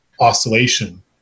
oscillation